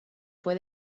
fue